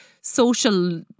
social